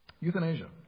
Euthanasia